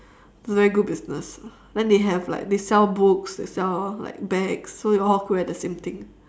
it's very good business then they have like they sell books they sell like bags so it all group at the same thing